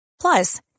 Plus